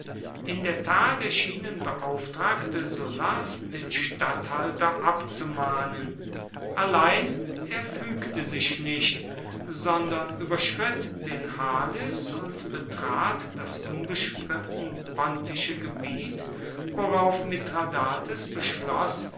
in der tat erschienen beauftragte sullas den statthalter abzumahnen allein er fügte sich nicht sondern überschritt den halys und betrat das unbestritten pontische gebiet worauf mithradates